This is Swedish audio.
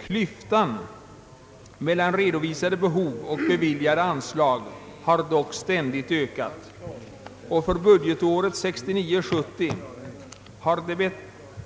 Klyftan mellan redovisade behov och beviljade anslag har dock ständigt ökat, och för budgetåret 1969/70 har